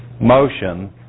motion